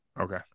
Okay